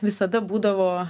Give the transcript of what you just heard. visada būdavo